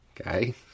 Okay